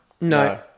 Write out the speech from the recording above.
No